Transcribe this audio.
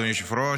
אדוני היושב-ראש,